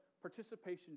participation